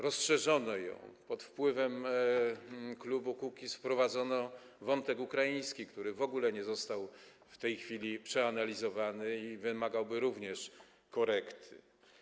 Rozszerzono ją, pod wpływem klubu Kukiz wprowadzono wątek ukraiński, który w ogóle nie został w tej chwili przeanalizowany i wymagałby również korekty.